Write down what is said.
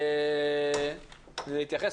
להתייחס,